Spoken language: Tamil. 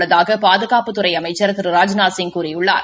உள்ளதாக பாதுகாப்புத்துறை அமைச்சா் திரு ராஜ்நாத்சிங் கூறியுள்ளார்